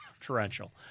Torrential